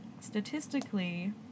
statistically